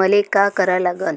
मले का करा लागन?